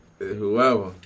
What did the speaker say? Whoever